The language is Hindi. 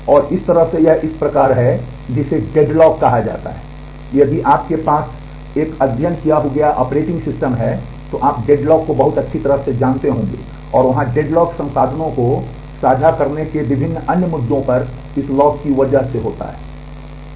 और इस तरह से यह इस प्रकार है जिसे डेडलॉक कहा जाता है यदि आपके पास एक अध्ययन किया गया ऑपरेटिंग सिस्टम है तो आप डेडलॉक को बहुत अच्छी तरह से जानते होंगे और वहां डेडलॉक संसाधनों को साझा करने के विभिन्न अन्य मुद्दों पर इस लॉक की वजह से होता है